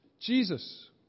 Jesus